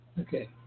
Okay